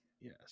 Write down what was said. yes